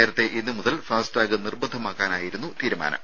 നേരത്തെ ഇന്നു മുതൽ ഫാസ്ടാഗ് നിർബന്ധമാക്കാനായിരുന്നു തീരുമാനം